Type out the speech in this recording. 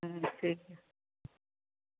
ᱦᱮᱸ ᱴᱷᱤᱠ ᱜᱮᱭᱟ